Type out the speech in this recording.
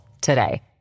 today